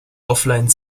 offline